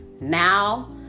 now